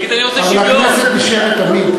אבל הכנסת נשארת תמיד.